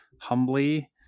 humbly